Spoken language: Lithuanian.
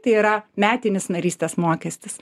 tai yra metinis narystės mokestis